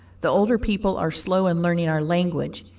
the older people are slow in learning our language,